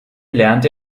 lernte